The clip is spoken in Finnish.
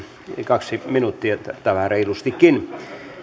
kaksi minuuttia tai vähän reilustikin